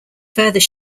further